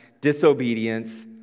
disobedience